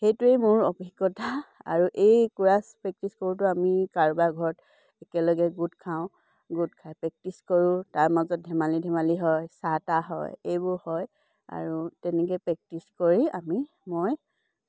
সেইটোৱেই মোৰ অভিজ্ঞতা আৰু এই কোৰাছ প্ৰেক্টিছ কৰোঁতে আমি কাৰোবাৰ ঘৰত একেলগে গোট খাওঁ গোট খাই প্ৰেক্টিছ কৰোঁ তাৰ মাজত ধেমালি ধেমালি হয় চাহ তাহ হয় এইবোৰ হয় আৰু তেনেকৈ প্ৰেক্টিছ কৰি আমি মই